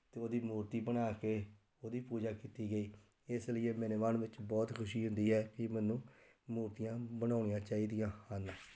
ਅਤੇ ਉਹਦੀ ਮੂਰਤੀ ਬਣਾ ਕੇ ਉਹਦੀ ਪੂਜਾ ਕੀਤੀ ਗਈ ਇਸ ਲਈ ਮੇਰੇ ਮਨ ਵਿੱਚ ਬਹੁਤ ਖੁਸ਼ੀ ਹੁੰਦੀ ਹੈ ਕਿ ਮੈਨੂੰ ਮੂਰਤੀਆਂ ਬਣਾਉਣੀਆਂ ਚਾਹੀਦੀਆਂ ਹਨ